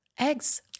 Eggs